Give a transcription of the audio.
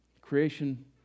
creation